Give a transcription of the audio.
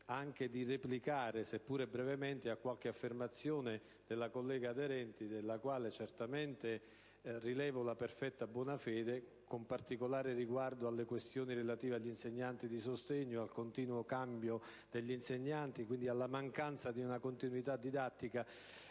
però di replicare, seppur brevemente, a qualche affermazione della collega Aderenti, della quale certamente rilevo la perfetta buona fede, con particolare riguardo alle questioni relative agli insegnanti di sostegno, al continuo cambio dei docenti e alla mancanza di una continuità didattica